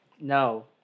no